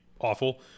awful